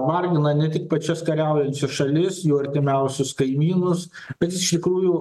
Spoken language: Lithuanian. vargina ne tik pačias kariaujančias šalis jų artimiausius kaimynus bet iš tikrųjų